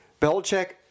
Belichick